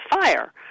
fire